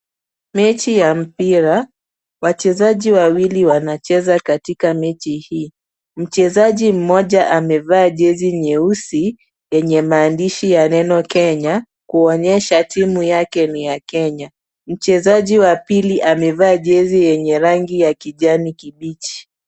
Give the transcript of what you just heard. Mechi ya mpira, wachezaji wawili wanacheza katika mechi hii. Mchezaji mmoja amevaa jezi nyeusi, yenye maandishi ya neno Kenya, kuonyesha timu yake ni ya Kenya. Mchezaji wa pili amevaa jezi yenye rangi ya kijani kibichi.